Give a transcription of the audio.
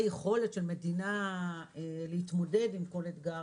יכולת של מדינה להתמודד עם כל אתגר,